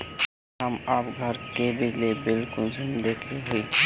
हम आप घर के बिजली बिल कुंसम देखे हुई?